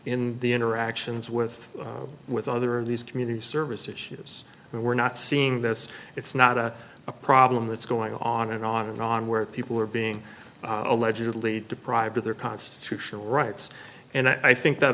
in the interactions with with other of these community service issues and we're not seeing this it's not a problem that's going on and on and on where people are being allegedly deprived of their constitutional rights and i think that